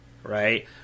Right